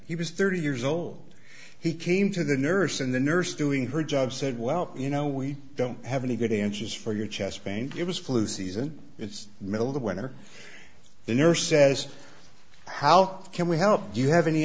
he was thirty years old he came to the nurse and the nurse doing her job said well you know we don't have any good answers for your chest pain it was flu season it's middle of the winter the nurse says how can we help you have any